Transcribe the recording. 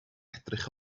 edrych